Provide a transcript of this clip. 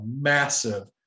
massive